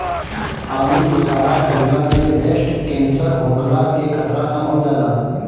आलूबुखारा खइला से ब्रेस्ट केंसर होखला के खतरा कम हो जाला